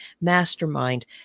mastermind